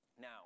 Now